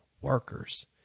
workers